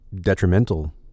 detrimental